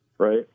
Right